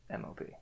MOP